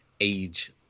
age